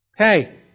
Hey